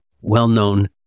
well-known